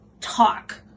talk